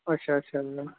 ਅੱਛਾ ਅੱਛਾ